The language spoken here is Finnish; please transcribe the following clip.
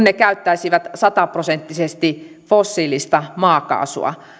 ne käyttäisivät sataprosenttisesti fossiilista maakaasua